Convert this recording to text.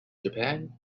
japan